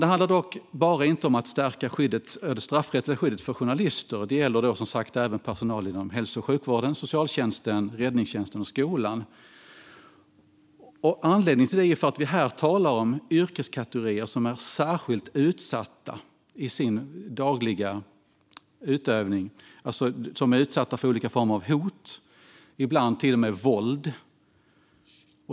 Det handlar dock inte bara om att stärka det straffrättsliga skyddet för journalister. Det gäller som sagt även personal inom hälso och sjukvården, socialtjänsten, räddningstjänsten och skolan. Anledningen till det är att det är yrkeskategorier som är särskilt utsatta i sin dagliga utövning. De är alltså utsatta för olika former av hot, ibland till och med våld.